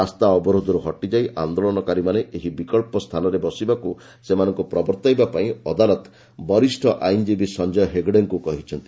ରାସ୍ତା ଅବରୋଧରୁ ହଟିଯାଇ ଆନ୍ଦୋଳନକାରୀମାନେ ଏକ ବିକଳ୍ପ ସ୍ଥାନରେ ବସିବାକୁ ସେମାନଙ୍କୁ ପ୍ରବର୍ତ୍ତାଇବା ପାଇଁ ଅଦାଲତ ବରିଷ୍ଠ ଆଇନ୍ଜୀବୀ ସଂକୟ ହେଗଡେଙ୍କୁ କହିଛନ୍ତି